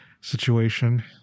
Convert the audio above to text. situation